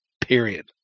Period